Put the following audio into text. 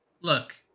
look